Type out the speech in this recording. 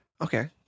Okay